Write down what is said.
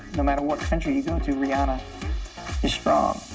no matter what country you go to, rihanna is strong.